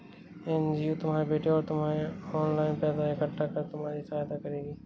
NGO तुम्हारे बेटे और तुम्हें ऑनलाइन पैसा इकट्ठा कर तुम्हारी सहायता करेगी